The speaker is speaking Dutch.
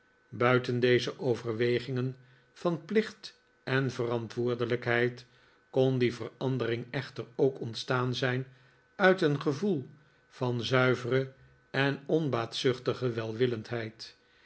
buiten deze overwegingen van plicht en verantwoordelijkheid kon die verandering echter ook ontstaan zijn uit een gevoel van zuivere en onbaatzuchtige welwillendheid